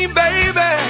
baby